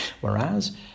Whereas